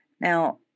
Now